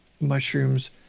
mushrooms